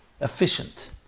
efficient